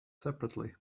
separately